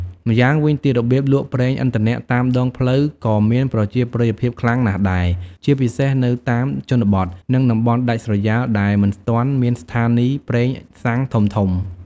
ម្យ៉ាងវិញទៀត របៀបលក់ប្រេងឥន្ធនៈតាមដងផ្លូវក៏មានប្រជាប្រិយភាពខ្លាំងណាស់ដែរ ជាពិសេសនៅតាមជនបទ និងតំបន់ដាច់ស្រយាលដែលមិនទាន់មានស្ថានីយ៍ប្រេងសាំងធំៗ។